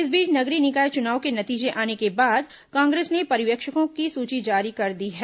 इस बीच नगरीय निकाय चुनाव के नतीजे आने के बाद कांग्रेस ने पर्यवेक्षकों की सूची जारी कर दी है